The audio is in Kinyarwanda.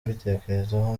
mbitekerezaho